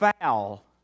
foul